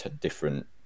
different